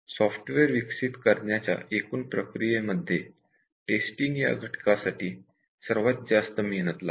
software विकसित करण्याच्या एकूण प्रक्रियेमध्ये टेस्टिंग या घटकासाठी सर्वात जास्त मेहनत लागते